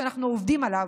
שאנחנו עובדים עליו,